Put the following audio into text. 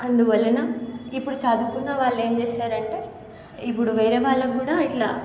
అందువలన ఇప్పుడు చదువుకున్న వాళ్ళు ఏం చేస్తారు అంటే ఇప్పుడు వేరే వాళ్ళకి కూడా ఇట్లా